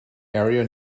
area